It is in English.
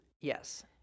Yes